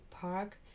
park